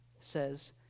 says